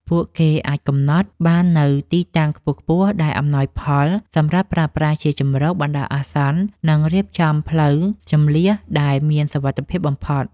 ពួកគេអាចកំណត់បាននូវទីតាំងខ្ពស់ៗដែលអំណោយផលសម្រាប់ប្រើប្រាស់ជាជម្រកបណ្ដោះអាសន្ន និងរៀបចំផ្លូវជម្លៀសដែលមានសុវត្ថិភាពបំផុត។